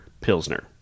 Pilsner